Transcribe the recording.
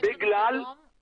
לבנות